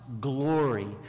glory